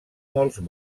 molts